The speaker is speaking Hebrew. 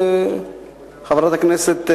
חברי חברי הכנסת,